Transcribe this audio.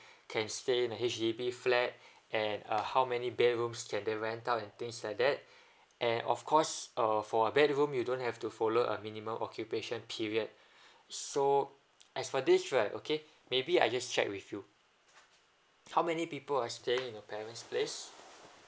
can stay in a H_D_B flat and uh how many bedrooms can they rent out and things like that and of course uh for a bedroom you don't have to follow a minimum occupation period so as for this right okay maybe I just check with you how many people are staying in your parent's place